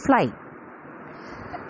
fly